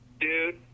dude